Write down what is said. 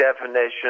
definition